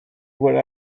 where